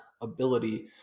ability